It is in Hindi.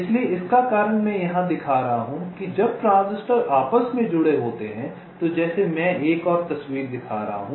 इसलिए इसका कारण मैं यह दिखा रहा हूँ कि जब ट्रांजिस्टर आपस में जुड़े होते हैं तो जैसे मैं एक और तस्वीर दिखा रहा हूँ